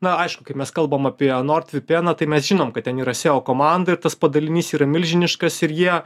na aišku kad mes kalbam apie nord vipieną tai mes žinom kad ten yra seo komanda ir tas padalinys yra milžiniškas ir jie